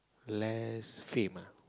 less fame ah